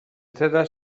تعداد